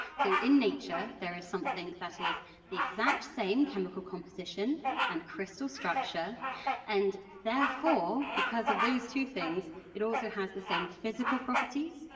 so in nature there is something that is the exact same chemical composition and crystal structure and therefore, because of those two things, it also has the same physical properties,